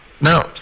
Now